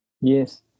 Yes